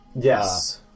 Yes